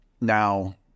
now